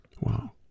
Wow